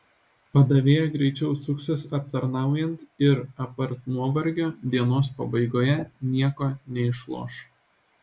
padavėja greičiau suksis aptarnaujant ir apart nuovargio dienos pabaigoje nieko neišloš